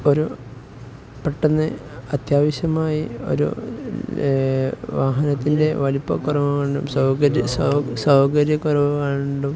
ഒരു പെട്ടെന്ന് അത്യാവശ്യമായി ഒരു വാഹനത്തിന്റെ വലിപ്പക്കുറവ് കൊണ്ടും സൗകര്യക്കുറവുകൊണ്ടും